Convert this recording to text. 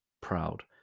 proud